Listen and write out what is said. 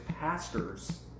pastors